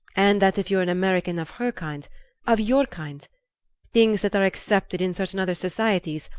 and that if you're an american of her kind of your kind things that are accepted in certain other societies,